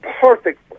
perfect